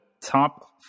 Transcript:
top